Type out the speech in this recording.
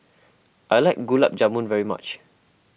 I like Gulab Jamun very much